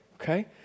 okay